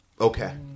Okay